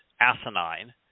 asinine